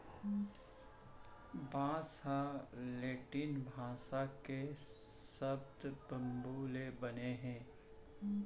बांस ह लैटिन भासा के सब्द बंबू ले बने हे